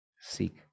seek